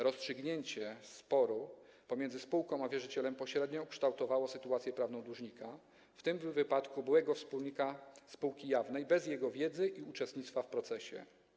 Rozstrzygnięcie sporu pomiędzy spółką a wierzycielem pośrednio ukształtowało sytuację prawną dłużnika, w tym wypadku byłego wspólnika spółki jawnej, bez jego wiedzy i uczestnictwa w procesie.